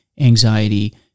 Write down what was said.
anxiety